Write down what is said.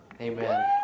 Amen